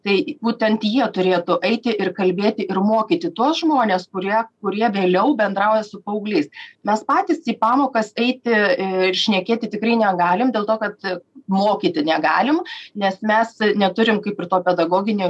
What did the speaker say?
tai būtent jie turėtų eiti ir kalbėti ir mokyti tuos žmones kurie kurie vėliau bendrauja su paaugliais mes patys į pamokas eiti ir šnekėti tikrai negalim dėl to kad mokyti negalim nes mes neturim kaip ir to pedagoginio